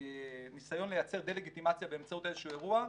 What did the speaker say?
ניסיון לייצר דה-לגיטימציה באמצעות איזה שהוא אירוע,